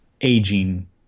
aging